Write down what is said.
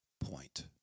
point